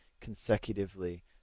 consecutively